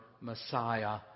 Messiah